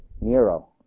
Nero